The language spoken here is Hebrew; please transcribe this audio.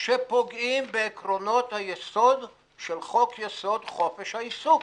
שפוגעים בעקרונות היסוד של חוק יסוד: חופש העיסוק,